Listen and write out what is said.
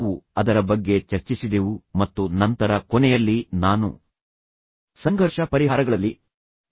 ನಾವು ಅದರ ಬಗ್ಗೆ ಚರ್ಚಿಸಿದೆವು ಮತ್ತು ನಂತರ ಕೊನೆಯಲ್ಲಿ ನಾನು ಸಂಘರ್ಷ ಪರಿಹಾರಗಳ ಮೂರು ಹಂತಗಳಿವೆ ಎಂದು ಹೇಳಿದೆ